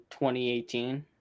2018